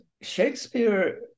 Shakespeare